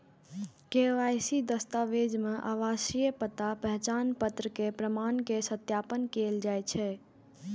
KYC दस्तावेज मे आवासीय पता, पहचान पत्र के प्रमाण के सत्यापन कैल जाइ छै